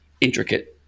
intricate